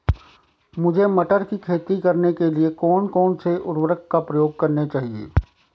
मुझे मटर की खेती करने के लिए कौन कौन से उर्वरक का प्रयोग करने चाहिए?